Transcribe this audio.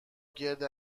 گرد